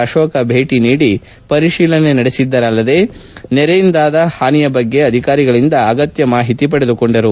ಅಶೋಕ ಭೇಟಿ ನೀಡಿ ಪರಿಶೀಲನೆ ನಡೆಸಿದರಲ್ಲದೆ ನೆರೆಯಿಂದಾದ ಹಾನಿಯ ಬಗ್ಗೆ ಅಧಿಕಾರಿಗಳಿಂದ ಅಗತ್ಯ ಮಾಹಿತಿ ಪಡೆದುಕೊಂಡರು